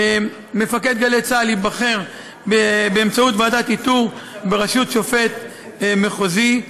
מפקד גלי צה"ל ייבחר באמצעות ועדת איתור בראשות שופט מחוזי,